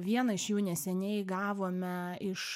vieną iš jų neseniai gavome iš